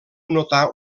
notar